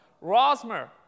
Rosmer